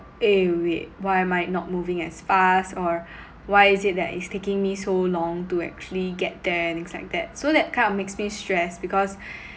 eh wait why am I not moving as fast or why is it that it's taking me so long to actually get there and things like that so that kind of makes me stressed because